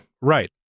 Right